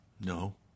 No